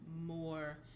more